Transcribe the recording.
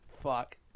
Fuck